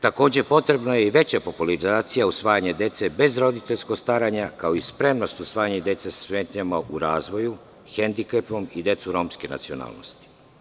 Takođe, potrebna je i veća popularizacija usvajanja dece bez roditeljskog staranja, kao i spremnost za usvajanje dece sa smetnjama u razvoju, hendikepom i dece romske nacionalnosti.